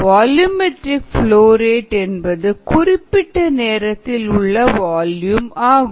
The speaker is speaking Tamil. வால்யூமெட்ரிக் ப்லோ ரேட் என்பது குறிப்பிட்ட நேரத்தில் உள்ள வால்யும் ஆகும்